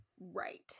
right